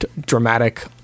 dramatic